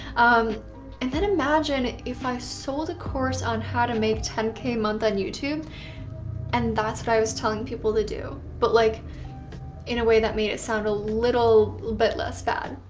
um and then imagine if i sold a course on how to make ten k month on youtube and that's what i was telling people to do but like in a way that made it sound a little little bit less bad.